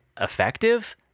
effective